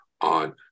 on